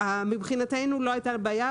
מבחינתנו לא הייתה בעיה,